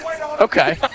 Okay